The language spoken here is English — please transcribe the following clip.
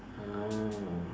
mm